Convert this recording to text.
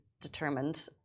determined